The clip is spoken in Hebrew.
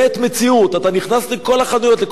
כל הרשתות של "עשה זאת בעצמך",